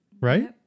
Right